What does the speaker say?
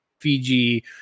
Fiji